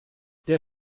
der